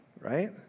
right